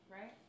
Right